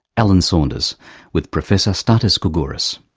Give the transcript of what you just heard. alan saunders with professor stathis gourgouris.